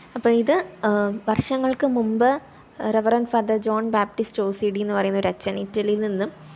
അപ്പോൾ ഇത് വര്ഷങ്ങള്ക്ക് മുമ്പ് റെവറന്റ് ഫാദര് ജോണ് ബാപ്റ്റിസ്റ്റ് ഓസിഡീന്ന് പറയുന്നൊരച്ഛന് ഇറ്റലിയില് നിന്നും